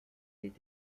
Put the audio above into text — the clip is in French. est